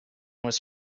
was